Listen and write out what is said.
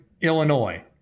Illinois